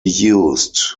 used